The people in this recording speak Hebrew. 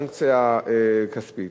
סנקציה כספית,